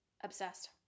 Obsessed